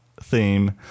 theme